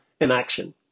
inaction